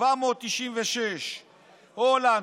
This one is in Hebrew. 796. הולנד,